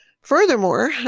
Furthermore